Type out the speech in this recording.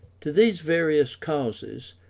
to these various causes,